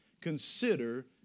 consider